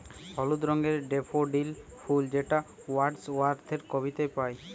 হলুদ রঙের ডেফোডিল ফুল যেটা ওয়ার্ডস ওয়ার্থের কবিতায় পাই